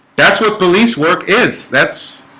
that's what police work is that's